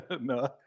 No